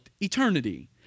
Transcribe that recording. eternity